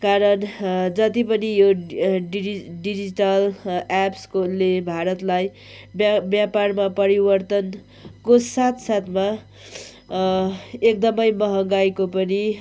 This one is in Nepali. कारण जति पनि यो डिडि डिजिटल एप्सकोले भारतलाई ब्या व्यापारमा परिवर्तनको साथ साथमा एकदमै महँगाइको पनि